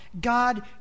God